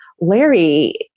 Larry